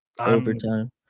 overtime